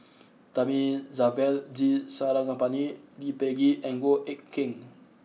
Thamizhavel G Sarangapani Lee Peh Gee and Goh Eck Kheng